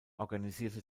organisierte